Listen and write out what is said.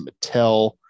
mattel